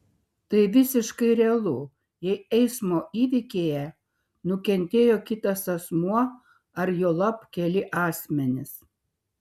tai visiškai realu jei eismo įvykyje nukentėjo kitas asmuo ar juolab keli asmenys